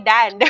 Dan